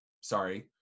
sorry